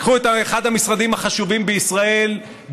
לקחו את אחד המשרדים החשובים בישראל,